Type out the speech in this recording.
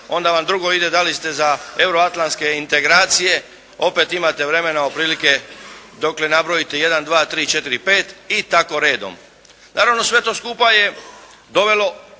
onda vam drugo ide da li ste za euroatlantske integracije, opet imate vremena otprilike dok ne nabrojite 1, 2, 3, 4, 5 i tako redom. Naravno sve to skupa je dovelo